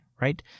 right